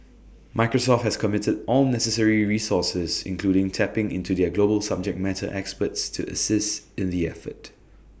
Microsoft has committed all necessary resources including tapping into their global subject matter experts to assist in the effort